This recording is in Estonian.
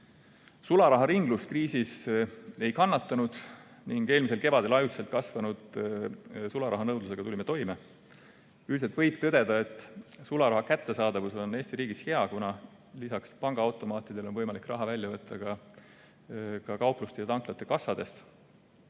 Sularaharinglus kriisis ei kannatanud ning eelmisel kevadel ajutiselt kasvanud sularahanõudlusega tulime toime. Üldiselt võib tõdeda, et sularaha kättesaadavus on Eesti riigis hea, kuna lisaks pangaautomaatidele on võimalik raha välja võtta ka kaupluste ja tanklate kassadest.